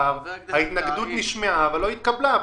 ההתנגדות שלך נשמעה אבל לא התקבלה.